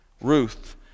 Ruth